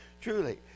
truly